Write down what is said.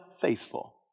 faithful